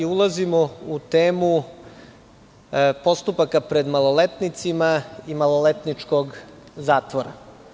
Ulazimo u temu postupaka pred maloletnicima i maloletničkog zatvora.